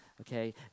okay